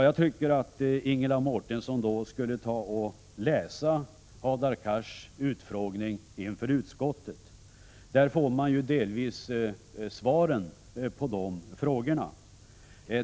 Jag tycker att Ingela Mårtensson då skulle läsa utfrågningen av Hadar Cars inför utskottet. Där får man delvis svaren på de frågor som ställs.